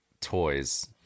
toys